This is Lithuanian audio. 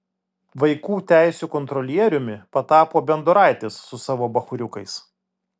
vaikų teisių kontrolieriumi patapo bendoraitis su savo bachūriukais